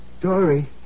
Dory